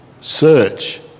Search